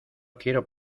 quiero